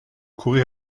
courir